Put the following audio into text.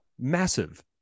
massive